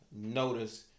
notice